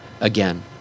again